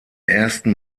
ersten